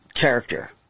character